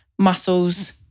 muscles